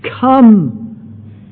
Come